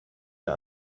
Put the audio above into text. der